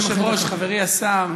אדוני היושב-ראש, חברי השר,